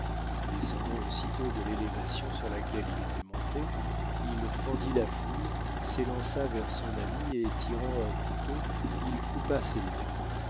descendant aussitôt de l'élévation sur laquelle il était monté il fendit la foule s'élança vers son ami et tirant un couteau il coupa ses liens